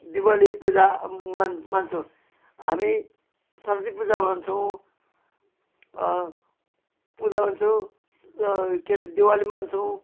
दिवाली पूजा मान मान्छौँ हामी सरस्वती पूजा मान्छौँ पूजा मान्छौँ के अरे दिवाली मान्छौँ